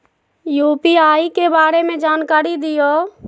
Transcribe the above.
UPI के बारे में जानकारी दियौ?